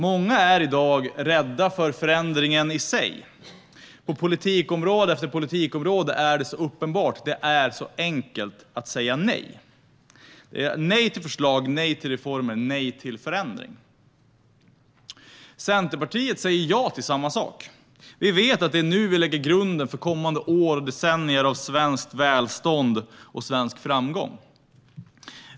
Många är i dag rädda för förändringen i sig. På politikområde efter politikområde är det uppenbart att det är enkelt att säga nej - nej till förslag, nej till reformer, nej till förändring. Centerpartiet säger ja till samma saker. Vi vet att det är nu vi lägger grunden för kommande år och decennier av svenskt välstånd och svensk framgång.